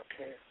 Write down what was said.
Okay